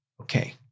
okay